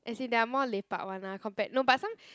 as in they are more lepak [one] lah compared no but some